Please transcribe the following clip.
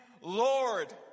Lord